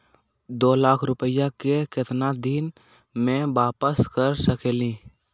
दो लाख रुपया के केतना दिन में वापस कर सकेली?